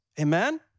Amen